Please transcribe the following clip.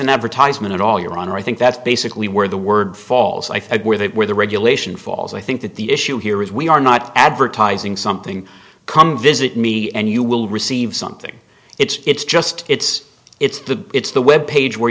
an advertisement at all your honor i think that's basically where the word falls i think where they where the regulation falls i think that the issue here is we are not advertising something come visit me and you will receive something it's just it's it's the it's the web page where